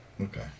Okay